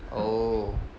oh